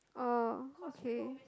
oh okay